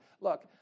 look